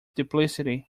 duplicity